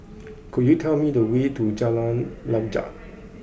could you tell me the way to Jalan Lanjut